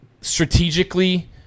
strategically